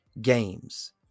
games